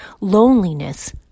loneliness